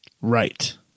Right